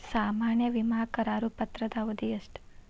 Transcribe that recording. ಸಾಮಾನ್ಯ ವಿಮಾ ಕರಾರು ಪತ್ರದ ಅವಧಿ ಎಷ್ಟ?